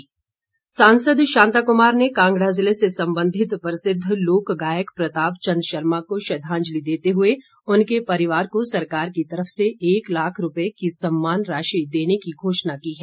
शांता कमार सांसद शांता कुमार ने कांगड़ा जिले से संबंधित प्रसिद्ध लोक गायक प्रताप चंद शर्मा को श्रद्धांजलि देते हुए उनके परिवार को सरकार की तरफ से एक लाख रूपए की सम्मान राशि देने की घोषणा की है